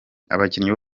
abakinnyi